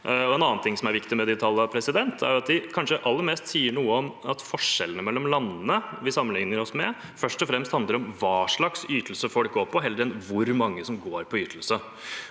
En annen ting som er viktig med de tallene, er at de kanskje aller mest sier noe om at forskjellene mellom landene vi sammenligner oss med, først og fremst handler om hva slags ytelser folk går på, heller enn om hvor mange som går på ytelse.